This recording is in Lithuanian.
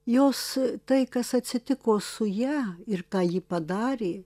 jos tai kas atsitiko su ja ir ką ji padarė